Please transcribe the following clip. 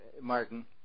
Martin